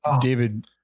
David